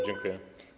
Dziękuję.